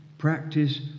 Practice